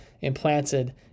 implanted